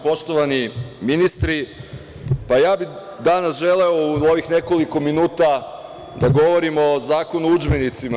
Poštovani ministri, ja bih danas želeo u ovih nekoliko minuta da govorim o Zakonu o udžbenicima.